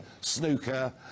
snooker